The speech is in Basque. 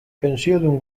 pentsiodun